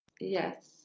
Yes